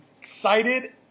excited